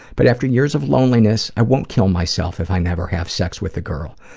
but after years of loneliness, i won't kill myself if i never have sex with a girl.